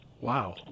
wow